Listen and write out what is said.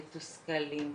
מתוסכלים,